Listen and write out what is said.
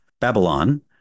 babylon